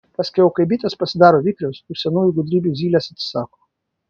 paskiau kai bitės pasidaro vikrios tų senųjų gudrybių zylės atsisako